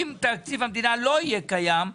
אם תקציב המדינה לא יהיה קיים,